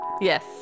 Yes